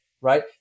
right